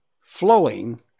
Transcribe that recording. flowing